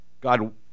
God